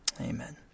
amen